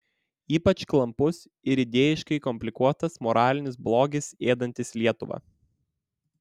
ypač klampus ir idėjiškai komplikuotas moralinis blogis ėdantis lietuvą